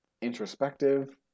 introspective